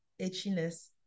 Itchiness